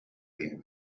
been